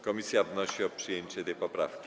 Komisja wnosi o przyjęcie tej poprawki.